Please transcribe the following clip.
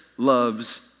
Loves